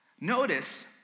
Notice